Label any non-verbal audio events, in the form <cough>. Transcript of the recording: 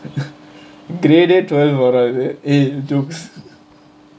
<laughs> three day twelve வராது:varaathu eh jokes